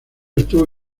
estuvo